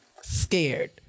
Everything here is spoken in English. Scared